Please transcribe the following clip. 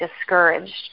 discouraged